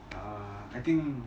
I think